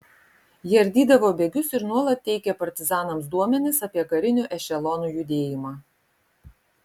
ji ardydavo bėgius ir nuolat teikė partizanams duomenis apie karinių ešelonų judėjimą